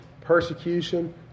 persecution